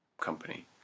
company